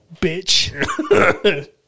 bitch